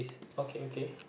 okay okay